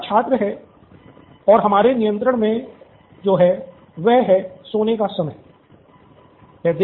यहाँ छात्र है और हमारे नियंत्रण में जो है वह हैं सोने का समय है